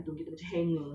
then how ah